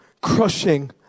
crushing